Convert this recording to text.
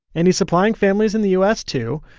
and he's supplying families in the u s, too.